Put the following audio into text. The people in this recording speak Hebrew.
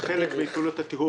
חלק מפעולות הטיהור,